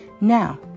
Now